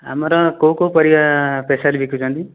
ଆମର କେଉଁ କେଉଁ ପରିବା ସ୍ପେସିଆଲୀ ବିକୁଛନ୍ତି